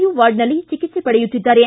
you ವಾರ್ಡ್ನಲ್ಲಿ ಚೆಕಿತ್ಸೆ ಪಡೆಯುತ್ತಿದ್ದಾರೆ